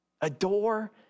Adore